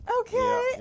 Okay